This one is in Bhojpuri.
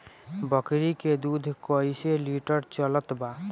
बकरी के दूध कइसे लिटर चलत बा?